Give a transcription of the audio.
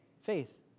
Faith